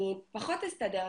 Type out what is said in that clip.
אני פחות אסתדר.